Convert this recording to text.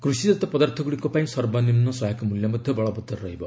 କୃଷିଜାତ ପଦାର୍ଥଗୁଡ଼ିକ ପାଇଁ ସର୍ବନିମ୍ନ ସହାୟକ ମୂଲ୍ୟ ମଧ୍ୟ ବଳବତ୍ତର ରହିବ